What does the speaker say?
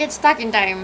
oh ya